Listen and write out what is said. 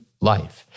life